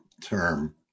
term